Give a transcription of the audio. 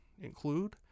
include